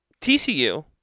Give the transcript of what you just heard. TCU